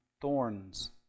thorns